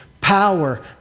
power